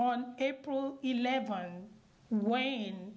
on april eleventh wayne